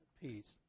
peace